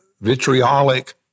vitriolic